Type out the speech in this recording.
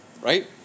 right